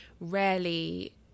rarely